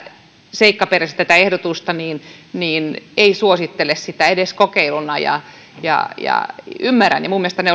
seikkaperäisesti tätä ehdotusta käsittelee niin ei suosittele sitä edes kokeiluna ymmärrän sen ja minun mielestäni